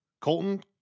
Colton